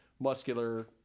muscular